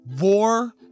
War